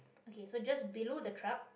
okay so just below the truck